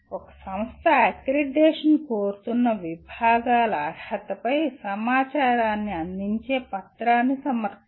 ఒక సంస్థ అక్రిడిటేషన్ కోరుతున్న విభాగాల అర్హతపై సమాచారాన్ని అందించే పత్రాన్ని సమర్పిస్తుంది